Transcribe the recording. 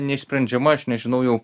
neišsprendžiama aš nežinau